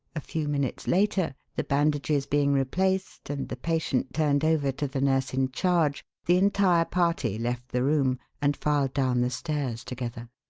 a few minutes later, the bandages being replaced and the patient turned over to the nurse in charge, the entire party left the room and filed down the stairs together.